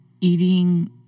eating